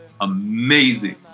amazing